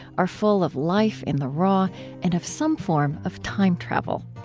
are full of life in the raw and of some form of time travel.